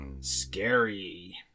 Scary